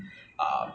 so